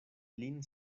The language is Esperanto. lin